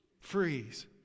freeze